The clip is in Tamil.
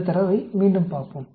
இந்தத் தரவை மீண்டும் பார்ப்போம்